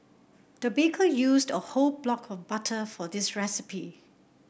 the baker used a whole block of butter for this recipe